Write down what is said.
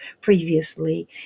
previously